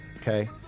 Okay